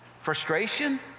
frustration